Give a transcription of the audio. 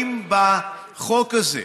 חורים בחוק הזה,